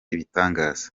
ibitangaza